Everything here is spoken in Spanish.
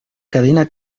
cadena